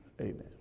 Amen